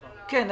כן.